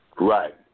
Right